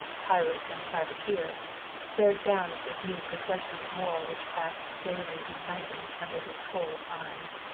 pirate and privateer stared down at this new procession of war which passed daily and nightly under his cold eyes.